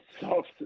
soft